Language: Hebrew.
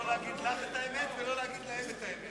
לא להגיד לך את האמת ולא להגיד להם את האמת.